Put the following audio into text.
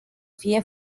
fie